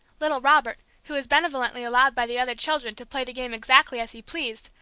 little robert, who was benevolently allowed by the other children to play the game exactly as he pleased,